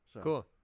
Cool